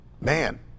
man